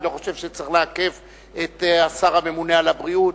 אני לא חושב שצריך לעכב את השר הממונה על הבריאות,